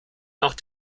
nach